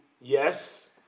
yes